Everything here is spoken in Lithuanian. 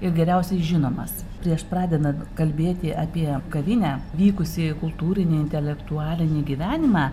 ir geriausiai žinomas prieš pradedant kalbėti apie kavinę vykusį kultūrinį intelektualinį gyvenimą